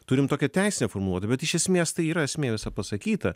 turim tokią teisinę formuluotę bet iš esmės tai yra esmė visa pasakyta